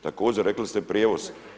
Također rekli ste prijevoz.